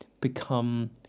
become